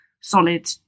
solid